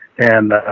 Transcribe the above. and,